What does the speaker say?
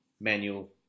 manual